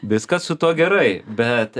viskas su tuo gerai bet